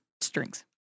strings